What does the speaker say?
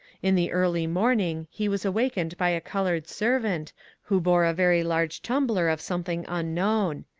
in the early morning he was awakened by a coloured servant who bore a very large tumbler of something unknown.